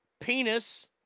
penis